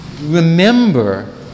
remember